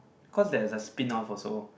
cause there's a spin off also